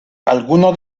algunos